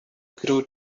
grew